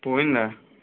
పోయిందా